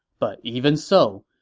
but even so,